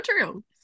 true